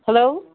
hello